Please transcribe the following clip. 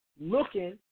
looking